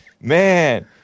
Man